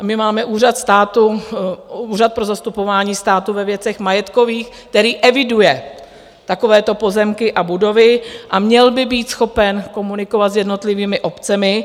My máme úřad státu, Úřad pro zastupování státu ve věcech majetkových, který eviduje takovéto pozemky a budovy a měl by být schopen komunikovat s jednotlivými obcemi.